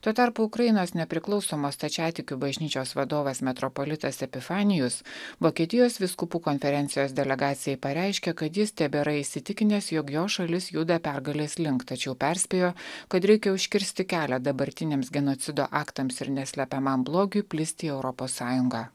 tuo tarpu ukrainos nepriklausomos stačiatikių bažnyčios vadovas metropolitas epifanijus vokietijos vyskupų konferencijos delegacijai pareiškė kad jis tebėra įsitikinęs jog jo šalis juda pergalės link tačiau perspėjo kad reikia užkirsti kelią dabartiniams genocido aktams ir neslepiamam blogiui plisti į europos sąjungą